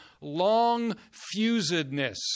long-fusedness